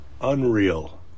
Unreal